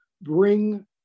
bring